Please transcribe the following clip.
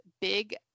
big